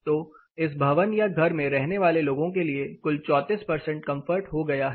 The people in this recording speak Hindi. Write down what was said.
तो इस भवन या घर में रहने वाले लोगों के लिए कुल 34 कंफर्ट हो गया है